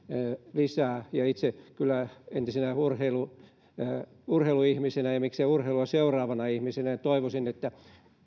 lisää ja itse kyllä entisenä urheiluihmisenä ja ja miksei urheilua seuraavana ihmisenä toivoisin että